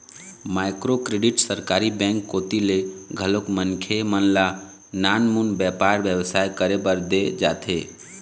micro credit सरकारी bank कोती ले घलोक मनखे मन ल नानमुन बेपार बेवसाय करे बर देय जाथे